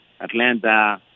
Atlanta